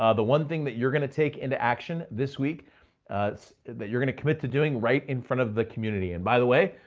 ah the one thing that you're gonna take into action this week that you're gonna commit to doing right in front of the community. and by the way,